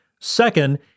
Second